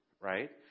Right